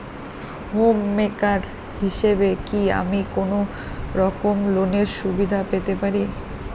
Home maker হিসেবে কি আমি কোনো রকম লোনের সুবিধা পেতে পারি?